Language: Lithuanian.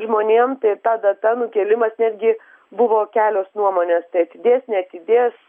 žmonėm tai ta data nukėlimas netgi buvo kelios nuomonės tai atidės neatidės